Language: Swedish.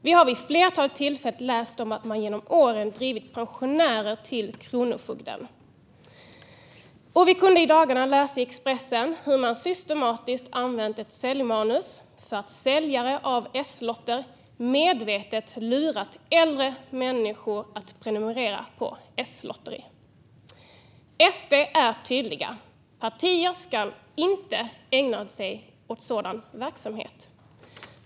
Vi har vid ett flertal tillfällen kunnat läsa om att man genom åren drivit pensionärer till kronofogden. Och vi kunde i dagarna läsa i Expressen om hur säljare av S-lotter systematiskt använt ett säljmanus för att medvetet lura äldre människor att prenumerera på S-lotteriet. SD är tydliga: Partier ska inte ägna sig åt sådan verksamhet.